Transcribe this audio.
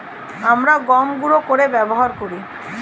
আমরা গম গুঁড়ো করে ব্যবহার করি